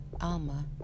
Alma